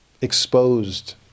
exposed